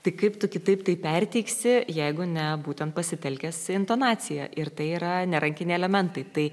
tai kaip tu kitaip tai perteiksi jeigu ne būtent pasitelkęs intonaciją ir tai yra nerankiniai elementai tai